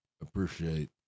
appreciate